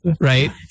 right